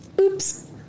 Oops